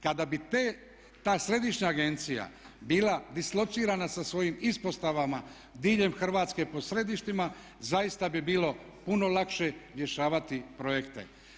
Kada bi ta središnja agencija bila dislocirana sa svojim ispostavama diljem Hrvatske po središtima zaista bi bilo puno lakše rješavati projekte.